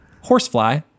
Horsefly